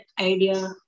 idea